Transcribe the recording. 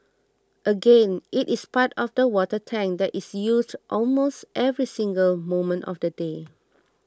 again it is part of the water tank that is used almost every single moment of the day